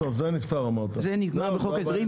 זה נגמר בחוק ההסדרים.